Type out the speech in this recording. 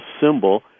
symbol